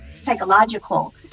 psychological